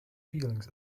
feelings